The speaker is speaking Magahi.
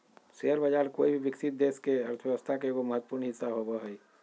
शेयर बाज़ार कोय भी विकसित देश के अर्थ्व्यवस्था के एगो महत्वपूर्ण हिस्सा होबो हइ